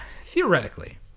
theoretically